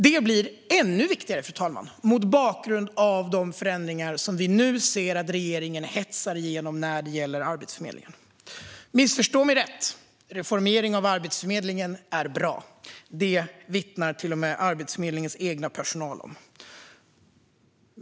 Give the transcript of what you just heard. Det blir ännu viktigare, fru talman, mot bakgrund av de förändringar som vi nu ser att regeringen hetsar igenom när det gäller Arbetsförmedlingen. Missförstå mig rätt: Reformeringen av Arbetsförmedlingen är bra. Det vittnar till och med Arbetsförmedlingens egen personal om.